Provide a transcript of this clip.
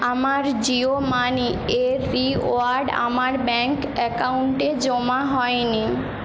আমার জিও মানি এর রিওয়ার্ড আমার ব্যাঙ্ক অ্যাকাউন্টে জমা হয়নি